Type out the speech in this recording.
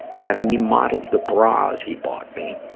have me model the bras he bought me.